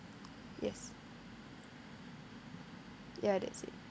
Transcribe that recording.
yes ya that's it